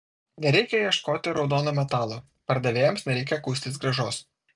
nereikia ieškoti raudono metalo pardavėjams nereikia kuistis grąžos